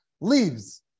leaves